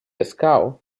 escau